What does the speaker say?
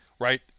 right